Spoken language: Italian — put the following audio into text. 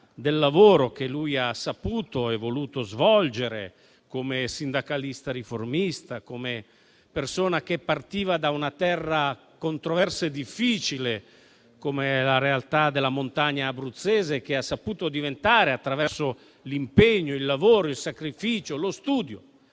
del lavoro che ha saputo e voluto svolgere come sindacalista riformista e come persona che partiva da una terra controversa e difficile come la realtà della montagna abruzzese e che ha saputo diventare, attraverso l'impegno, il lavoro, il sacrificio e lo studio,